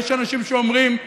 יש אנשים שאומרים: